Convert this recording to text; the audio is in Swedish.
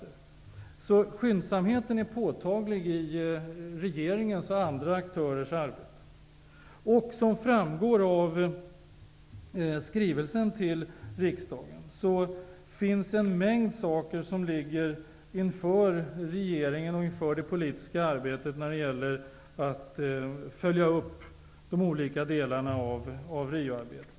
Skyndsamheten är påtaglig i regeringars och andra aktörers arbete. Som framgår av skrivelsen till riksdagen finns en mängd saker som nu ligger för regeringen och det politiska arbetet när det gäller att följa upp de olika delarna av Rioarbetet.